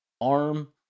arm